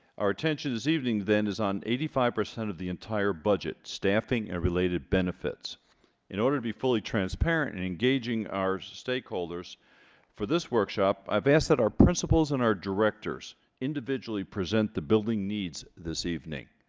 our attention this evening then is on eighty-five percent of the entire budget staffing and related benefits in order to be fully transparent and engaging our stakeholders for this workshop i've asked that our principles and our directors individually present the building needs this evening